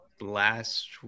last